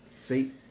See